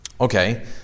Okay